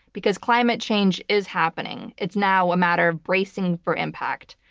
because climate change is happening. it's now a matter of bracing for impact.